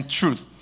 truth